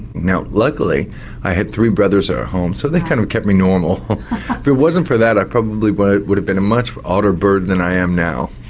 now luckily i had three brothers at home so they kind of kept me normal. if it wasn't for that i probably but would have been a much odder bird than i am now.